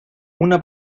una